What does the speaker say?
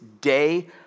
day